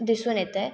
दिसून येतं आहे